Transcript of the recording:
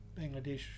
Bangladesh